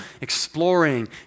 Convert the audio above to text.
exploring